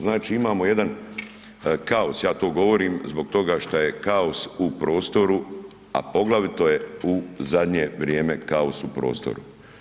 Znači imamo jedan kaos, ja to govorim zbog toga šta je kaos u prostoru, a poglavito je u zadnje vrijeme kaos u prostoru.